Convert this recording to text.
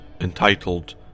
Entitled